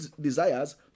desires